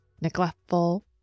Neglectful